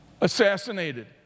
Assassinated